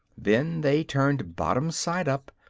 then they turned bottom side up,